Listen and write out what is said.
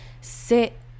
sit